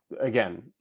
again